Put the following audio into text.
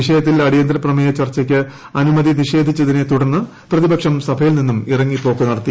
വിഷയത്തിൽ അടിയന്തരപ്രമേയ ചർച്ചയ്ക്ക് അനുമതി നിഷേധിച്ചതിനെ തുടർന്ന് പ്രതിപക്ഷം സഭയിൽ നിന്ന് ഇറങ്ങിപ്പോക്ക് നടത്തി